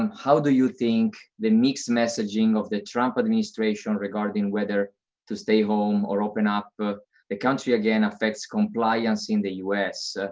um how do you think the mixed messaging of the trump administration regarding whether to stay home or open up the the country again affects compliance in the u s.